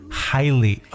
highly